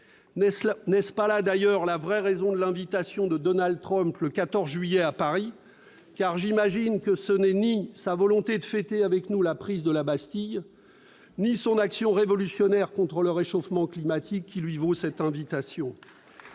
N'est-ce pas là, d'ailleurs, la véritable raison de l'invitation de Donald Trump, le 14 juillet prochain, à Paris ? J'imagine que ce n'est ni sa volonté de fêter avec nous la prise de la Bastille ... Si, si !... ni son action révolutionnaire contre le réchauffement climatique qui lui vaut cette invitation. Monsieur